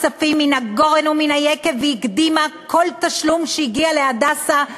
כספים מן הגורן ומן היקב והקדימה כל תשלום שהגיע ל"הדסה",